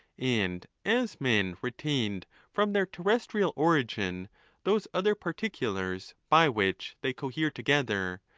and as men retained from their terrestrial origin those other particulars by which they cohere together,